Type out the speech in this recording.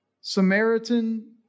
Samaritan